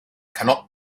cannot